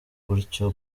gutyo